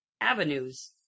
Avenues